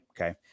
okay